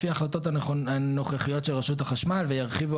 לפי ההחלטות הנוכחיות של רשות החשמל וירחיבו